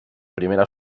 primera